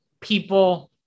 people